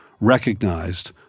recognized